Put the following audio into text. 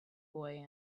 boy